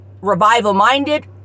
revival-minded